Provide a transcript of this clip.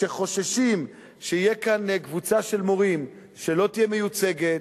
שחוששים שתהיה כאן קבוצה של מורים שלא תהיה מיוצגת,